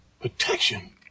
Protection